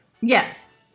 Yes